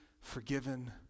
forgiven